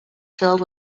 filled